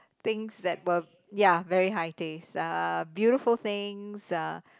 things that were ya very high taste uh beautiful things uh